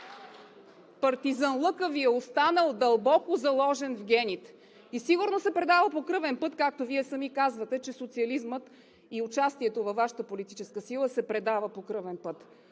партизанлъкът Ви е останал дълбоко заложен в гените и сигурно се предава по кръвен път, както Вие самите казвате, че социализмът и участието във Вашата политическа сила се предава по кръвен път.